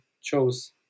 chose